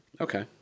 Okay